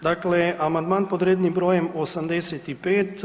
Dakle, Amandman pod rednim brojem 85.